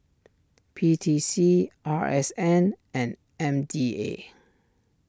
P T C R S N and M D A